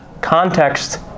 context